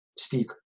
Speak